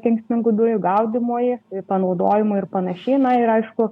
kenksmingų dujų gaudymui panaudojimui ir panašiai ir aišku